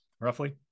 roughly